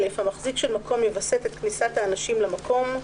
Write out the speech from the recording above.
(א)המחזיק של המקום יווסת את כניסת האנשים למקום,